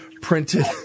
printed